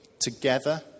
together